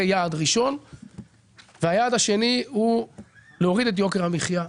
היעד השני שלנו הוא להוריד את יוקר המחייה.